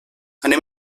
anem